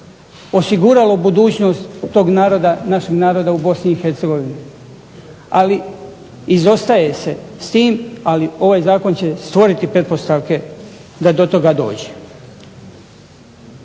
osiguralo budućnost tog naroda, našeg naroda u BiH. Ali izostaje se s tim, ali ovaj zakon će stvoriti pretpostavke da do toga dođe.